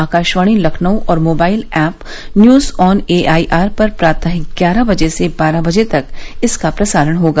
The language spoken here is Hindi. आकाशवाणी लखनऊ और mobile app news on AIR पर प्रातः ग्यारह बजे से बारह बजे तक इसका प्रसारण होगा